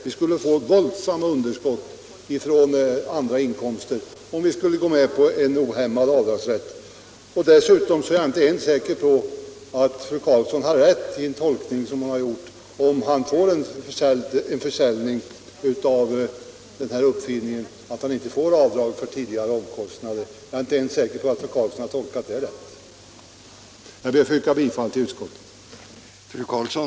Vi skulle få våldsamma underskottsavdrag från andra inkomster om vi skulle gå med på en ohämmad avdragsrätt. Dessutom är jag inte ens säker på att fru Karlsson har gjort en riktig tolkning när hon säger att uppfinnaren inte får göra avdrag för tidigare omkostnader om han lyckas sälja en uppfinning. Herr talman! Jag ber att få yrka bifall till utskottets hemställan.